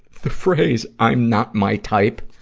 the phrase i'm not my type.